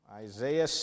Isaiah